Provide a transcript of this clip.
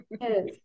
Yes